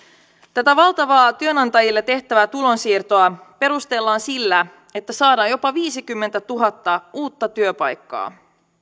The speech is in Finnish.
tätä valtavaa työnantajille tehtävää tulonsiirtoa perustellaan sillä että saadaan jopa viisikymmentätuhatta uutta työpaikkaa